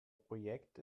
projekt